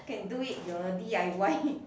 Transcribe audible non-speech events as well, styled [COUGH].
can do it your d_i_y [NOISE]